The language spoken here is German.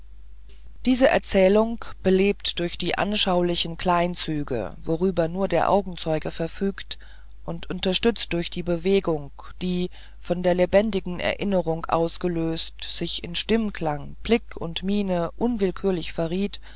diese erzählung belebt durch die anschaulichen kleinzüge worüber nur der augenzeuge verfügt und unterstützt durch die bewegung die von der lebendigen erinnerung ausgelöst sich in stimmklang blick und miene unwillkürlich verriet